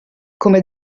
come